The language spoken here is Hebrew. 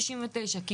כי